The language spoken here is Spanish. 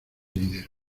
dinero